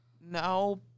No